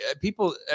people